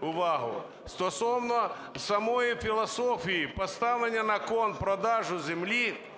увагу. Стосовно самої філософії поставлення на кін продаж землі,